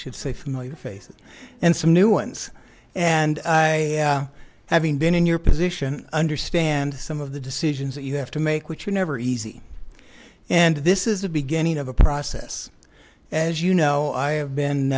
should say familiar faces and some new ones and i haven't been in your position understand some of the decisions that you have to make which are never easy and this is a beginning of a process as you know i have